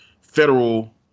federal